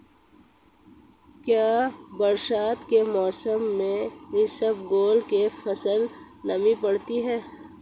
क्या बरसात के मौसम में इसबगोल की फसल नमी पकड़ती है?